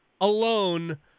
alone